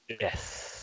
yes